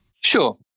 Sure